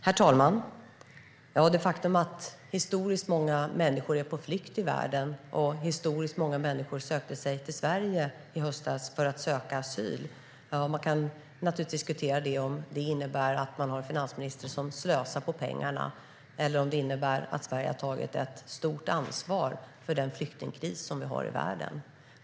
Herr talman! Det är ett faktum att historiskt många människor är på flykt i världen och historiskt många människor sökte sig till Sverige i höstas för att söka asyl. Man kan naturligtvis diskutera om det innebär en finansminister som slösar pengar eller om det innebär att Sverige har tagit ett stort ansvar för flyktingkrisen i världen.